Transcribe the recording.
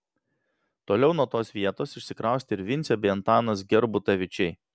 toliau nuo tos vietos išsikraustė ir vincė bei antanas gerbutavičiai